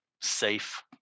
safe